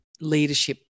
leadership